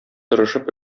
тырышып